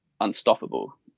unstoppable